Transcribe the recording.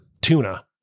tuna